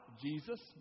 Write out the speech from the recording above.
Jesus